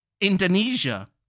Indonesia